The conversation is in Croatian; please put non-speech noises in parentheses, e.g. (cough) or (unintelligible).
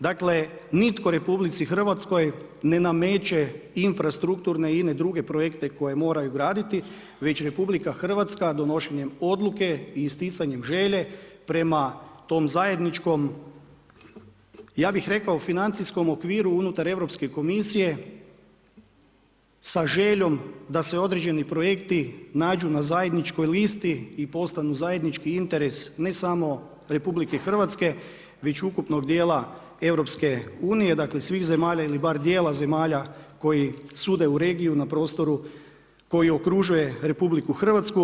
Dakle, nitko RH ne nameće infrastrukturne, ine druge projekte koje moraju graditi, već RH donošenjem odluke i isticanjem želje prema tom zajedničkom, ja bi rekao financijskom okviru unutar Europske komisije, sa željom da se određeni projekti nađu na zajedničkoj listi i postanu zajednički interes ne samo RH već ukupnog djela EU-a, dakle svih zemalja ili bar djela zemalja koji … (unintelligible) regiju na prostoru koji okružuje RH.